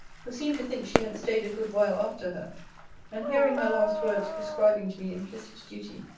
who seemed to think she had staid a good while after her and hearing her last words prescribing to me implicit duty,